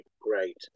great